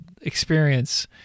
experience